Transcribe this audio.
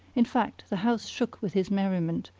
in fact, the house shook with his merriment,